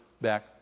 back